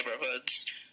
neighborhoods